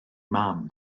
mam